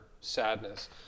sadness